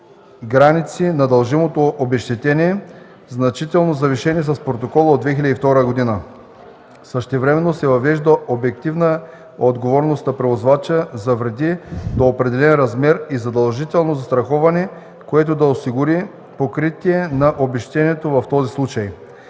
граници на дължимото обезщетение, значително завишени с протокола от 2002 г. Същевременно се въвежда обективна отговорност на превозвача за вреди до определен размер и задължително застраховане, което да осигури покритие на обезщетението в този случай.